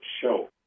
show